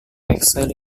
exile